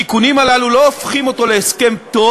התיקונים הללו לא הופכים אותו להסכם טוב,